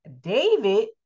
David